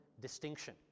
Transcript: distinction